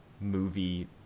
movie